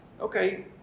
okay